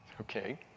Okay